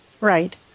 Right